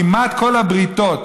כמעט כל הבריתות,